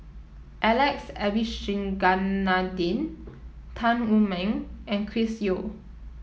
Alex Abisheganaden Tan Wu Meng and Chris Yeo